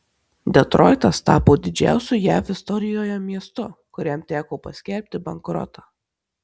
detroitas tapo didžiausiu jav istorijoje miestu kuriam teko paskelbti bankrotą